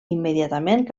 immediatament